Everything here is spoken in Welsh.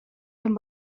cyn